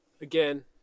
Again